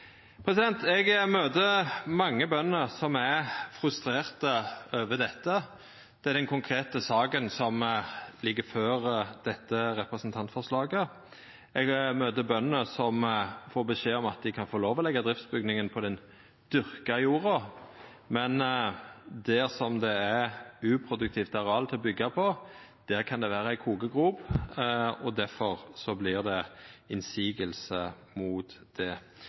Eg møter mange bønder som er frustrerte over dette – den konkrete saka som ligg før dette representantforslaget. Eg møter bønder som får beskjed om at dei kan få lov til å leggja driftsbygningen på den dyrka jorda, men der det er uproduktivt areal å byggja på, kan det vera ei kokegrop, og difor vert det innvendingar mot det.